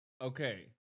Okay